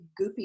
goopy